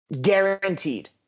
guaranteed